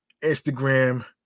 Instagram